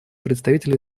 представитель